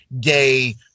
gay